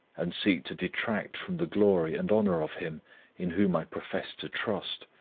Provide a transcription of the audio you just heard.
and seek to detract from the glory and honour of him in whom i profess to trust,